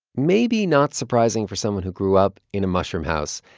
maybe not surprising for someone who grew up in a mushroom house,